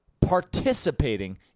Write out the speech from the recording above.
participating